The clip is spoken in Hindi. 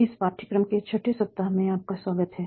इस पाठ्यक्रम के छठे सप्ताह में आपका स्वागत है